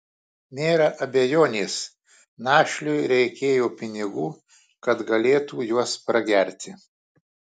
nėra abejonės našliui reikėjo pinigų kad galėtų juos pragerti